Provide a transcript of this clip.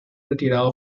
retirado